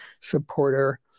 supporter